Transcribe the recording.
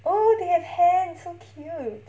oh they have hand so cute